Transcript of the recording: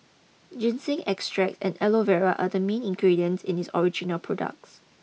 ginseng extracts and Aloe Vera are the main ingredients in its original products